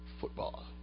football